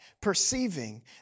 perceiving